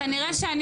כנראה שאני